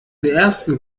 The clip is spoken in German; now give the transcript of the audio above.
ersten